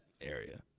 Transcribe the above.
area